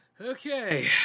Okay